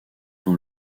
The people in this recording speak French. dans